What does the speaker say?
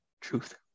Truth